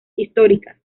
históricas